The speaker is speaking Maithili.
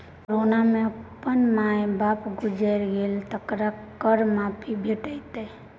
कोरोना मे अपन माय बाप गुजैर गेल तकरा कर माफी भेटत